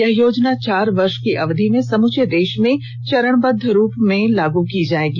यह योजना चार वर्ष की अवधि में समूचे देश में चरणबद्व रूप से लागू की जायेगी